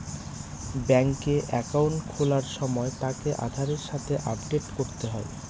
ব্যাঙ্কে একাউন্ট খোলার সময় তাকে আধারের সাথে আপডেট করতে হয়